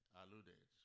alluded